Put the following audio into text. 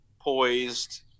poised